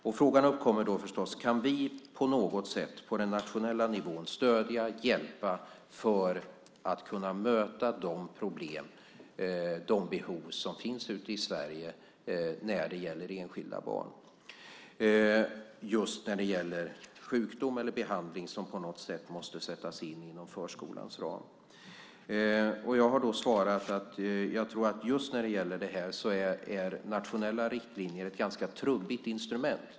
Då uppkommer förstås frågan: Kan vi på den nationella nivån på något sätt stödja och hjälpa för att kunna möta de problem och de behov som finns ute i Sverige hos enskilda barn just när det gäller sjukdom eller när det gäller behandling som på något sätt måste sättas inom förskolans ram? Jag har då svarat att just i fråga om detta är nationella riktlinjer ett ganska trubbigt instrument.